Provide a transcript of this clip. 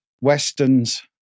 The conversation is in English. Westerns